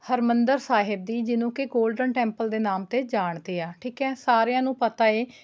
ਹਰਿਮੰਦਰ ਸਾਹਿਬ ਦੀ ਜਿਹਨੂੰ ਕਿ ਗੋਲਡਨ ਟੈਂਪਲ ਦੇ ਨਾਮ ਤੋਂ ਜਾਣਦੇ ਆ ਠੀਕ ਹੈ ਸਾਰਿਆਂ ਨੂੰ ਪਤਾ ਹੈ